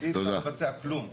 אי אפשר לבצע כלום,